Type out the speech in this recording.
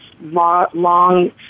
long